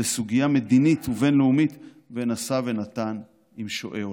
לסוגיה מדינית ובין-לאומית ונשא ונתן עם שועי עולם.